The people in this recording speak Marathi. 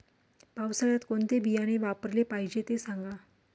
पावसाळ्यात कोणते बियाणे वापरले पाहिजे ते सांगा